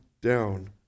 down